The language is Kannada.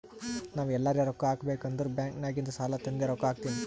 ನಾವ್ ಎಲ್ಲಾರೆ ರೊಕ್ಕಾ ಹಾಕಬೇಕ್ ಅಂದುರ್ ಬ್ಯಾಂಕ್ ನಾಗಿಂದ್ ಸಾಲಾ ತಂದಿ ರೊಕ್ಕಾ ಹಾಕ್ತೀನಿ